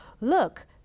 Look